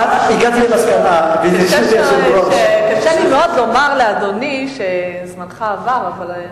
הגעתי למסקנה, קשה לי מאוד לומר לאדוני שזמנך עבר.